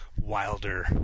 wilder